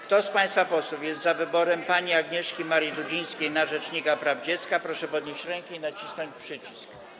Kto z państwa posłów jest za wyborem pani Agnieszki Marii Dudzińskiej na rzecznika praw dziecka, proszę podnieść rękę i nacisnąć przycisk.